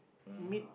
meat